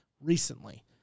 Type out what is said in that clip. recently